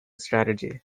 strategy